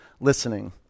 listening